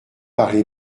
parlé